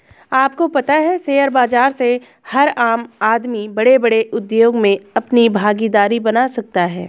आपको पता है शेयर बाज़ार से हर आम आदमी बडे़ बडे़ उद्योग मे अपनी भागिदारी बना सकता है?